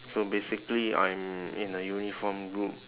so basically I'm in a uniformed group